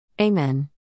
Amen